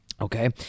Okay